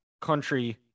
country